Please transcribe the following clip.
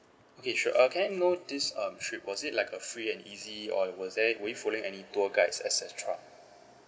okay sure uh can I know this um trip was it like a free and easy or was there were you following any tour guides et cetera